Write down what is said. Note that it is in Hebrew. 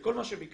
שכל מה שביקשנו